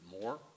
more